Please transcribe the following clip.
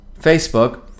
facebook